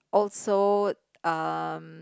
also um